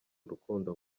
urukundo